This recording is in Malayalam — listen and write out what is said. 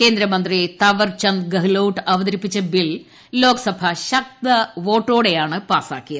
കേന്ദ്രമന്ത്രി താവർ ചന്ദ് ഗഹ്ലോട്ട് അവതരിപ്പിച്ച ബിൽ ലോക്സഭ ശബ്ദവോട്ടോടെ പാസ്സാക്കി